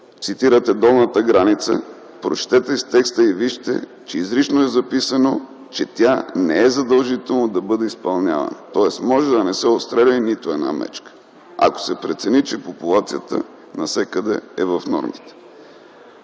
Цитирате долната граница. Прочетете си текста и вижте, че изрично е записано, че не е задължително тя да бъде изпълнявана. Тоест, може да не се отстреля нито една мечка, ако се прецени, че популацията навсякъде е в нормата.